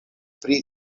pri